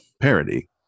parody